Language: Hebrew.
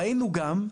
ראינו גם,